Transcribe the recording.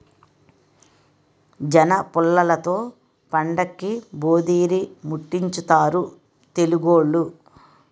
జనపుల్లలతో పండక్కి భోధీరిముట్టించుతారు తెలుగోళ్లు